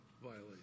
violation